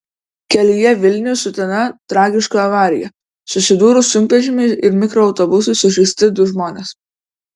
kelyje vilnius utena tragiška avarija susidūrus sunkvežimiui ir mikroautobusui sužeisti du žmonės